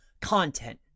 content